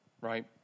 right